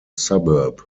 suburb